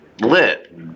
lit